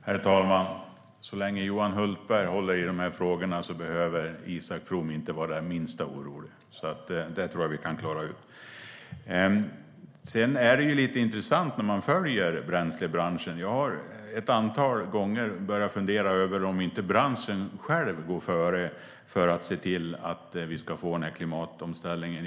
Herr talman! Så länge Johan Hultberg håller i de här frågorna behöver Isak From inte vara det minsta orolig. Jag har ett antal gånger börjat fundera över om inte bränslebranschen själv ska gå före för att se till att vi ska få den här klimatomställningen.